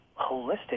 holistic